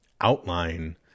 outline